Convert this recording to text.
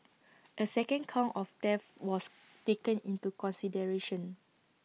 A second count of theft was taken into consideration